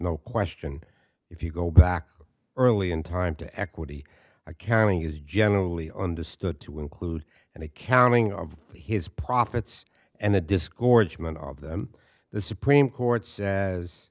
no question if you go back early in time to equity accounting is generally understood to include an accounting of his profits and the disgorgement of them the supreme court